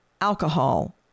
alcohol